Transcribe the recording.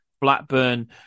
Blackburn